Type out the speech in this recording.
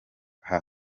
haba